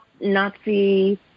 Nazi